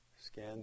scan